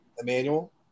Emmanuel